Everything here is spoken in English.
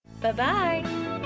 bye-bye